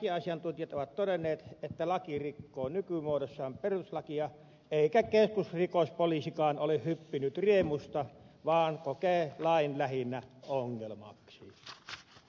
esimerkiksi lakiasiantuntijat ovat todenneet että laki rikkoo nykymuodossaan perustuslakia eikä keskusrikospoliisikaan ole hyppinyt riemusta vaan kokee lain lähinnä ongelmaksi